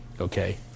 Okay